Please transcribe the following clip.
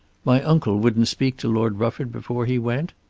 my uncle wouldn't speak to lord rufford before he went?